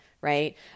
right